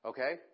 Okay